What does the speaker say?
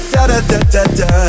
Da-da-da-da-da